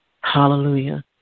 Hallelujah